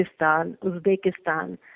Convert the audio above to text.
Uzbekistan